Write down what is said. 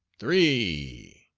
three,